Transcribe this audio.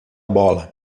bola